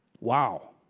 Wow